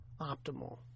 optimal